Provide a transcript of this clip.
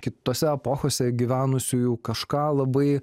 kitose epochose gyvenusiųjų kažką labai